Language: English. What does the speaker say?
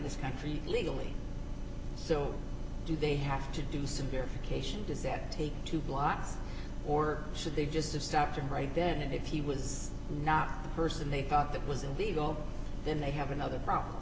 this country illegally so do they have to do some verification does it take two blocks or should they just have stopped right then and if he was not the person they thought that was illegal then they have another problem